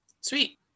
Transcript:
Sweet